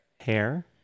Hair